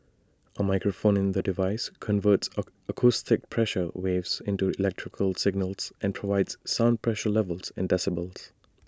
A microphone in the device converts acoustic pressure waves into electrical signals and provides sound pressure levels in decibels